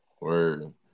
Word